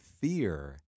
fear